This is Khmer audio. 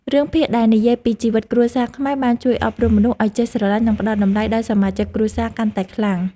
រឿងភាគដែលនិយាយពីជីវិតគ្រួសារខ្មែរបានជួយអប់រំមនុស្សឱ្យចេះស្រឡាញ់ និងផ្តល់តម្លៃដល់សមាជិកគ្រួសារកាន់តែខ្លាំង។